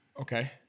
Okay